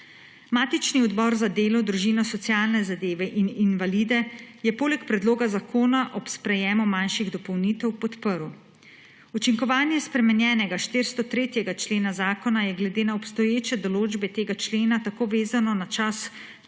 Matični odbor za delo, družino, socialne zadeve in invalide je predlog zakona ob sprejetju manjših dopolnitev podprl. Učinkovanje spremenjenega 403. člena Zakona je glede na obstoječe določbe tega člena tako vezano na čas po